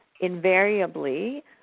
Invariably